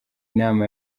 nama